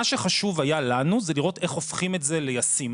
מה שחשוב היה לנו זה לראות איך הופכים את זה לישים.